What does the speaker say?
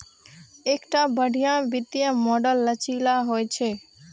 एकटा बढ़िया वित्तीय मॉडल लचीला होइ छै